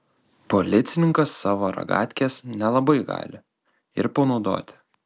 policininkas savo ragatkės nelabai gali ir panaudoti